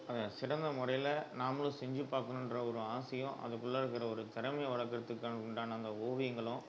அதை சிறந்த முறையில் நாமளும் செஞ்சு பார்க்கணுன்ற ஒரு ஆசையும் அதுக்குள்ளே இருக்கிற ஒரு திறமையை வளர்க்கறதுக்கு உண்டான அந்த ஓவியங்களும்